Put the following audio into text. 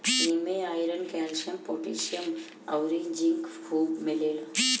इमे iron, calcium, potassium अउरी zinc खुबे मिलेला